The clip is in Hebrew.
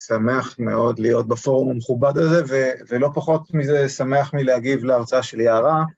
שמח מאוד להיות בפורום המכובד הזה, ולא פחות מזה שמח מלהגיב להרצאה של יערה.